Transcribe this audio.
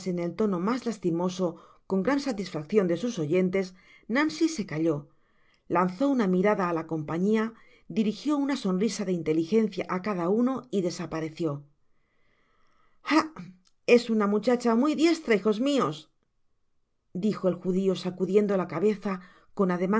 el tono mas lastimoso con gran satisfaccion de sus oyentes nancy se calló lanzó una mirada á la compañia dirigió una sonrisa de inteligencia á cada uno y desapareció r ah es una muchacha muy diestra hijos mios dijo el judio sacudiendo la cabeza con